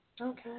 Okay